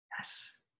Yes